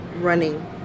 running